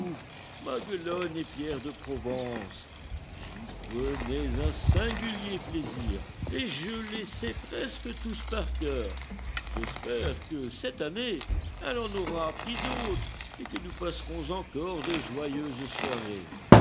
maguelonne et pierre de provence j'y prenais un singulier plaisir et je les sais presque tous par cœur j'espère que cette année elle en aura appris d'autres et que nous passerons encore de joyeuses soirées